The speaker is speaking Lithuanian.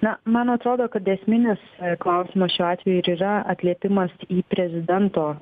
na man atrodo kad esminis klausimas šiuo atveju ir yra atliepimas į prezidento